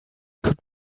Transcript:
could